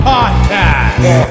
Podcast